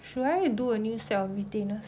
should I do a new set of retainer